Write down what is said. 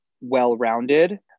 well-rounded